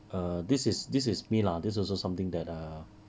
err this is this is me lah this also something that err